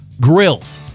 grills